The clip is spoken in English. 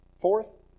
Fourth